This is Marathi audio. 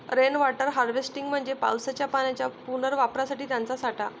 रेन वॉटर हार्वेस्टिंग म्हणजे पावसाच्या पाण्याच्या पुनर्वापरासाठी त्याचा साठा